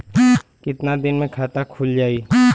कितना दिन मे खाता खुल जाई?